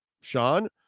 Sean